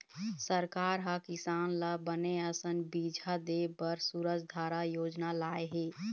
सरकार ह किसान ल बने असन बिजहा देय बर सूरजधारा योजना लाय हे